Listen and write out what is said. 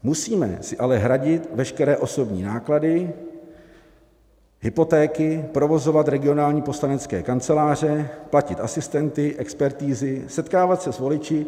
Musíme si ale hradit veškeré osobní náklady, hypotéky, provozovat regionální poslanecké kanceláře, platit asistenty, expertizy, setkávat se s voliči.